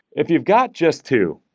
if you've got just two,